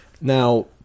Now